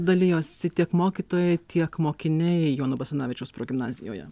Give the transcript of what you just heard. dalijosi tiek mokytojai tiek mokiniai jono basanavičiaus progimnazijoje